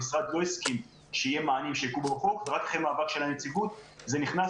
המשרד לא הסכים שיהיו מענים בחוק אלא רק אחרי מאבק של הנציבות זה נכנס,